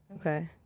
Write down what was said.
Okay